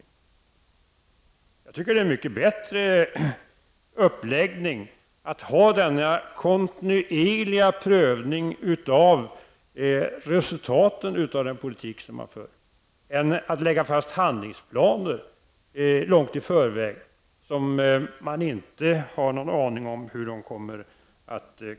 Jag tycker att det är en mycket bättre uppläggning att ha denna kontinuerliga prövning av resultaten av den politik som man för, än att lägga fast handlingsplaner långt i förväg utan att veta så mycket om deras innehåll.